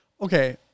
okay